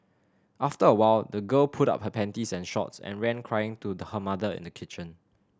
after a while the girl pulled up her panties and shorts and ran crying to her mother in the kitchen